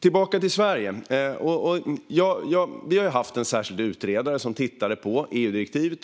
Tillbaka till Sverige. Vi har haft en särskild utredare som har tittat på EU-direktivet.